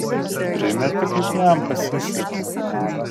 primeti kaip jam pasisekė